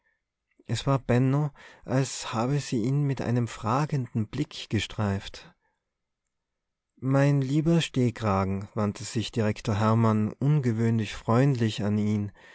es war benno als habe sie ihn mit einem fragenden blick gestreift mein lieber stehkragen wandte sich direktor hermann ungewöhnlich freundlich an ihn